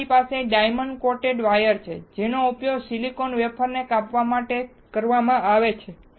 અમારી પાસે diamond coated wire છે જેનો ઉપયોગ સિલિકોન વેફર ને કાપવા માટે કરવામાં આવે છે